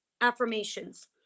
affirmations